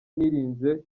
nirinze